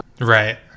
right